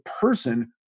person